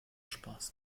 spaß